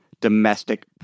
domestic